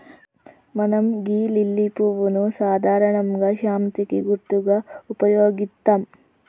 మనం గీ లిల్లీ పువ్వును సాధారణంగా శాంతికి గుర్తుగా ఉపయోగిత్తం